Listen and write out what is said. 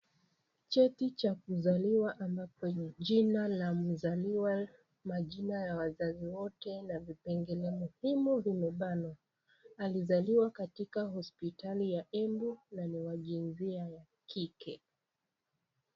Cheti cha kuzaliwa ama kwenye jina la mzaliwa majina ya wazazi wote na vitu vingine muhimu vimebanwa alizaliwa katika hospitali ya Embu na niwa jinsia ya kike.